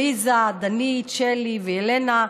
עליזה, דנית, שלי וילנה.